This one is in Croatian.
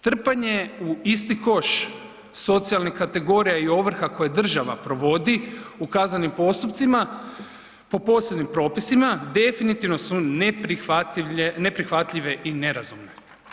Trpanje u isti koš socijalnih kategorija i ovrha koje država provodi u kaznenim postupcima po posebnim propisima, definitivno su neprihvatljive i nerazumne.